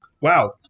Wow